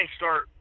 start